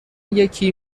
یکی